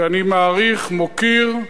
שאני מעריך, מוקיר,